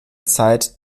zeit